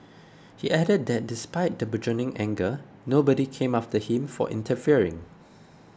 he added that despite the burgeoning anger nobody came after him for interfering